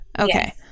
Okay